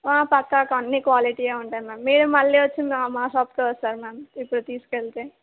పక్క కా అన్నీ క్వాలిటీయే ఉంటాయి మ్యామ్ మీరు మళ్ళీ వచ్చి మా షాప్కే వస్తారు మ్యామ్ ఇప్పుడు తీసుకెళ్తే